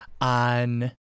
on